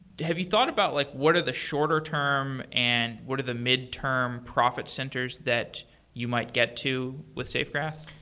have you thought about like what are the shorter term and what are the midterm profit centers that you might get to with safegraph?